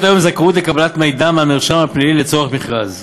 זכאות לקבלת מידע מהמרשם הפלילי לצורך מכרז,